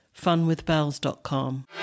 funwithbells.com